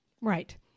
Right